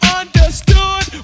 understood